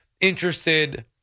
interested